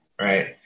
right